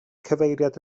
cyfeiriad